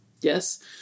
Yes